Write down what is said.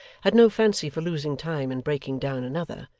had no fancy for losing time in breaking down another,